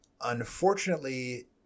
unfortunately